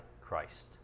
Christ